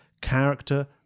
character